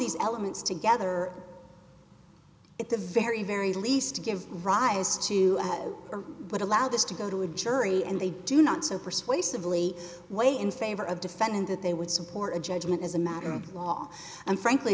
these elements together at the very very least give rise to but allow this to go to a jury and they do not so persuasively weigh in favor of defendant that they would support a judgment as a matter of law and frankly